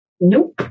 Nope